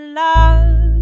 love